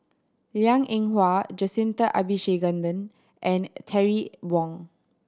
Liang Eng Hwa Jacintha Abisheganaden and Terry Wong